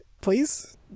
Please